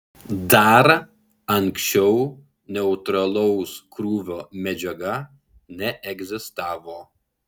dar anksčiau neutralaus krūvio medžiaga neegzistavo